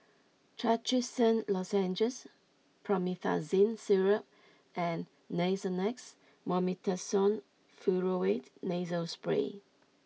Trachisan Lozenges Promethazine Syrup and Nasonex Mometasone Furoate Nasal Spray